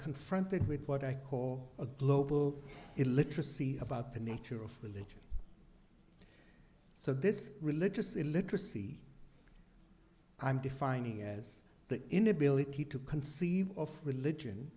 confronted with what i call a global illiteracy about the nature of religion so this religious illiteracy i'm defining as the inability to conceive of religion